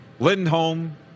Lindholm